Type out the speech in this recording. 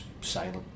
silent